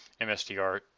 MSDR